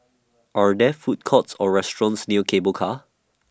Are There Food Courts Or restaurants near Cable Car